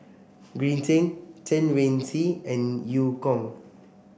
Green Zeng Chen Wen Hsi and Eu Kong